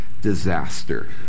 disaster